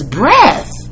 breath